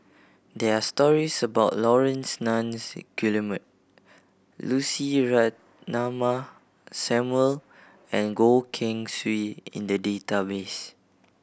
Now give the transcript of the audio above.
there are stories about Laurence Nunns Guillemard Lucy Ratnammah Samuel and Goh Keng Swee in the database